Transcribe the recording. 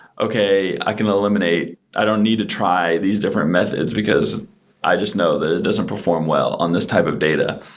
okay, i can eliminate. i don't need to try these different methods because i just know that it doesn't perform well on this type of data.